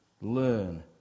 Learn